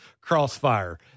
crossfire